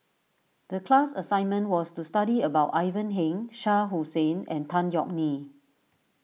the class assignment was to study about Ivan Heng Shah Hussain and Tan Yeok Nee